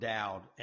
Dowd